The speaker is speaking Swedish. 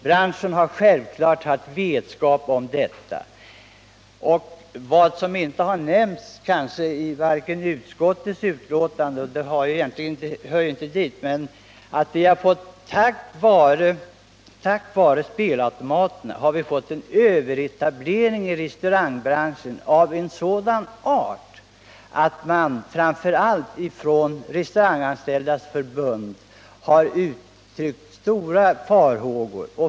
Branschen har självklart haft vetskap om ett kommande förbud. Vad som inte har nämnts i utskottets betänkande — och det hör egentligen inte hit — är att vi till följd av spelautomaterna har fått en överetablering i restaurangbranschen av sådan art att man, framför allt från Hotelloch restauranganställdas förbund, har uttryckt stora farhågor.